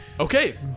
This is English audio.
Okay